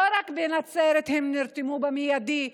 לא רק בנצרת הם נרתמו במיידי.